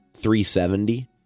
$370